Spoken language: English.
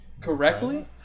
correctly